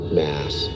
mass